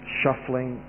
shuffling